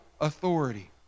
authority